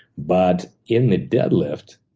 but in the deadlift,